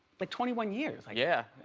but twenty one years. yeah.